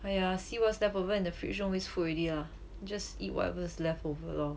!aiya! see what's leftover in the fridge don't waste food already ah just eat whatever is leftover lor